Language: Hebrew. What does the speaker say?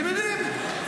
אתם יודעים,